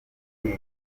iyi